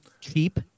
cheap